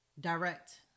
direct